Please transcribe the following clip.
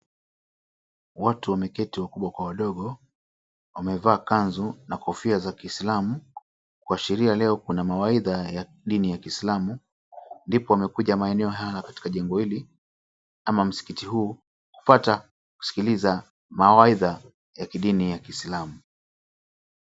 Watu wameketi wakubwa kwa wadogo wamevaa kanzu na kofia za kislamu kuashiria kuwa leo kuna mawaidha ya dini ya kislamu ndipo wamekuja maeneo haya katika jengo hili ama msikiti huu kupata kuskiliza mawaidha ya kidini ya kislamu.